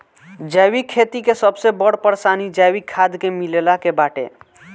जैविक खेती के सबसे बड़ परेशानी जैविक खाद के मिलला के बाटे